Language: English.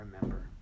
remember